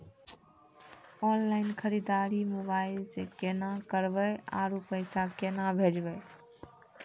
Online खरीददारी mobile से केना करबै, आरु पैसा केना भेजबै?